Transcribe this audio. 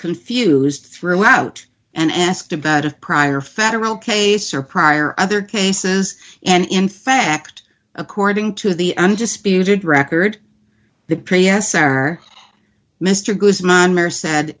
confused throughout and asked about a prior federal case or prior other cases and in fact according to the undisputed record the prius or mr